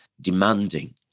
demanding